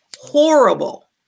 horrible